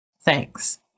Thanks